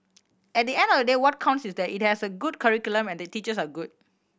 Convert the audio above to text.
at the end of the day what counts is that it has a good curriculum and the teachers are good